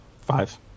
Five